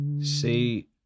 See